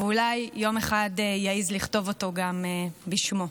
ואולי יום אחד יעז לכתוב אותם גם בשמו.